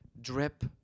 drip